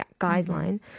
guideline